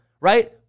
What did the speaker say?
right